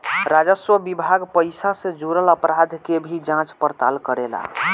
राजस्व विभाग पइसा से जुरल अपराध के भी जांच पड़ताल करेला